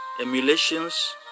emulations